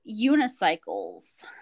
unicycles